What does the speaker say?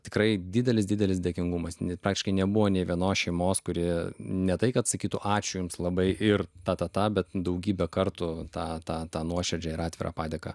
tikrai didelis didelis dėkingumas net praktiškai nebuvo nė vienos šeimos kuri ne tai kad sakytų ačiū jums labai ir ta ta ta bet daugybę kartų tą tą tą nuoširdžią ir atvirą padėką